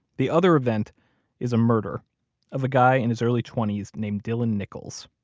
the other event is a murder of a guy in his early twenty s named dylan nichols.